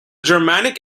germanic